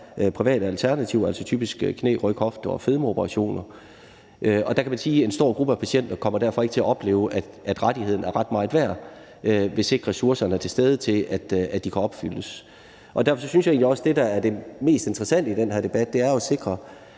private alternativer, altså typisk knæ-, ryg-, hofte- og fedmeoperationer. Der er derfor en stor gruppe patienter, der kommer til at opleve, at rettighederne ikke er ret meget værd, for når ressourcerne ikke er der, kan de ikke opfyldes. Derfor synes jeg egentlig også, at det, der er det mest interessante i den her debat, er at sikre,